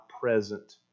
present